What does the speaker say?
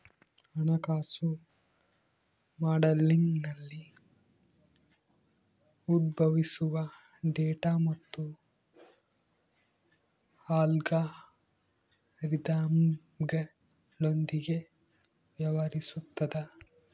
ಹಣಕಾಸು ಮಾಡೆಲಿಂಗ್ನಲ್ಲಿ ಉದ್ಭವಿಸುವ ಡೇಟಾ ಮತ್ತು ಅಲ್ಗಾರಿದಮ್ಗಳೊಂದಿಗೆ ವ್ಯವಹರಿಸುತದ